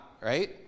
right